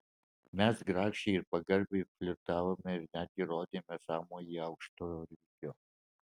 mes grakščiai ir pagarbiai flirtavome ir netgi rodėme sąmojį aukšto lygio